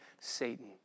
Satan